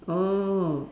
oh